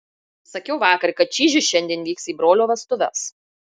sakiau vakar kad čyžius šiandien vyks į brolio vestuves